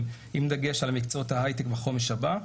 עם דגש על מקצועות ההייטק בחומש הבא.